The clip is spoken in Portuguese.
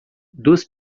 duas